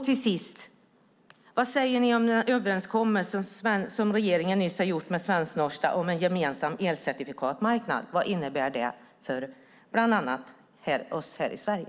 Till sist: Vad säger ni om den överenskommelse som regeringen nyss har gjort om en gemensam svensk-norsk elcertifikatsmarknad? Vad innebär det bland annat för oss här i Sverige?